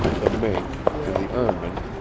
the mink and the ermine,